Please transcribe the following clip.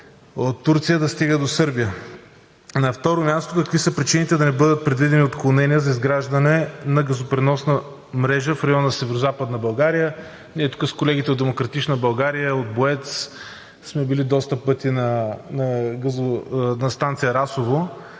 от Турция да стига до Сърбия. На второ място, какви са причините да не бъдат предвидени отклонения за изграждане на газопреносна мрежа в района на Северозападна България? Ние с колегите от „Демократична България“, и от БОЕЦ сме били доста пъти на станция „Расово“.